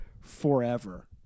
forever